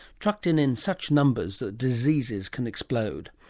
trucked in in such numbers that diseases can explode.